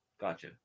Gotcha